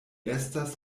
estas